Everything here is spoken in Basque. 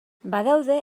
badaude